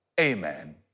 amen